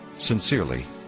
Sincerely